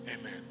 amen